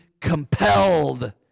compelled